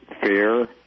fair